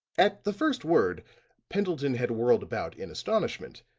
at the first word pendleton had whirled about in astonishment,